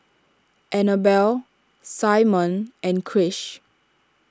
Annabell Simone and Krish